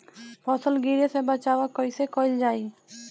फसल गिरे से बचावा कैईसे कईल जाई?